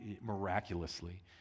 miraculously